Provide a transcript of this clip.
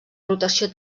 rotació